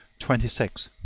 twenty six.